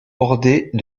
bordées